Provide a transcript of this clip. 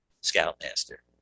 scoutmaster